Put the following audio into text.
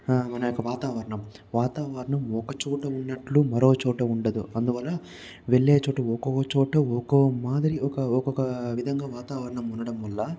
మన యొక్క వాతావరణం వాతావరణం ఒకచోట ఉన్నట్లు మరో చోట ఉండదు అందువల్ల వెళ్ళే చోట ఒక్కొక్కచోట ఒక్కొ మాదిరి ఒక్క ఒక్కొక్క విధంగా వాతావరణం ఉండటం వల్ల